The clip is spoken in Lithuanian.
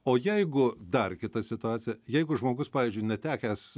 o jeigu dar kita situacija jeigu žmogus pavyzdžiui netekęs